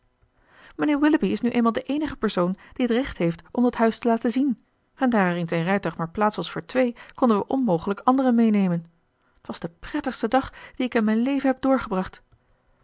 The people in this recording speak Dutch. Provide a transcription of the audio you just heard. mijnheer willoughby is nu eenmaal de eenige persoon die het recht heeft om dat huis te laten zien en daar er in zijn rijtuig maar plaats was voor twee konden wij onmogelijk anderen meenemen t was de prettigste dag dien ik in mijn leven heb doorgebracht